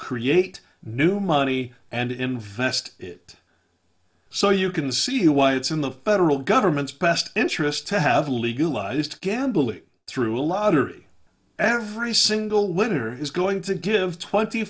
create new money and invest it so you can see why it's in the federal government's best interest to have legalized gambling through a lottery every single winner is going to give twenty